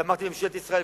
ואמרתי לממשלת ישראל,